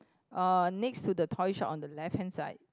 uh next to the toy shop on the left hand side